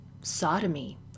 sodomy